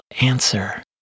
answer